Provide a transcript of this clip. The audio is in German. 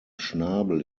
schnabel